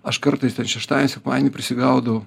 aš kartais ten šeštadienį sekmadienį prisigaudau